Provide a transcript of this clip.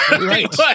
Right